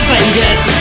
Vegas